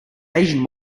asian